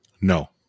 No